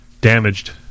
damaged